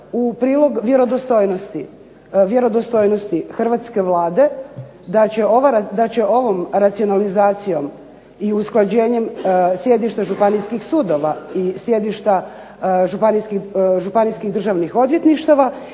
u prilog vjerodostojnosti hrvatske Vlade da će ovom racionalizacijom i usklađenjem sjedišta županijskih sudova i sjedišta županijskih državnih odvjetništava